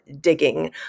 digging